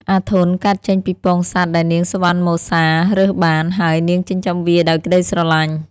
អាធន់ កើតចេញពីពងសត្វដែលនាងសុវណ្ណមសារើសបាន ហើយនាងចិញ្ចឹមវាដោយក្ដីស្រឡាញ់។